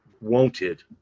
wanted